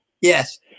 Yes